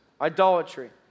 idolatry